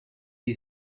you